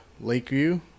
Lakeview